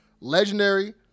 legendary